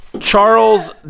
Charles